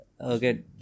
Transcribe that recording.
Okay